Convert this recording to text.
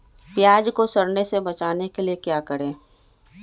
प्याज को सड़ने से बचाने के लिए क्या करें?